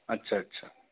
अच्छा अच्छा